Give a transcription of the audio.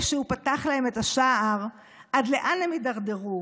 אלה שהוא פתח להם את השער, עד לאן הם הידרדרו,